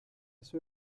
sue